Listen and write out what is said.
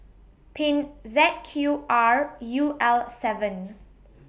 Pink Z Q R U L seven